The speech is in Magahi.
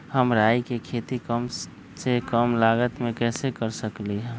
हम राई के खेती कम से कम लागत में कैसे कर सकली ह?